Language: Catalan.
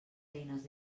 eines